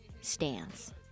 stance